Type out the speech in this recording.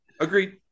agreed